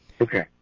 Okay